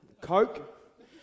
Coke